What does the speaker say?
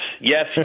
yes